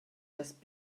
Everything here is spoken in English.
just